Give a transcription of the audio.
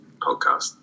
podcast